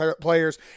players